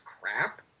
crap